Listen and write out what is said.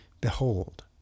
Behold